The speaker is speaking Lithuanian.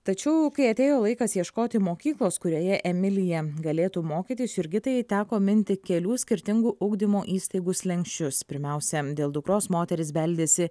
tačiau kai atėjo laikas ieškoti mokyklos kurioje emilija galėtų mokytis jurgitai teko minti kelių skirtingų ugdymo įstaigų slenksčius pirmiausia dėl dukros moteris beldėsi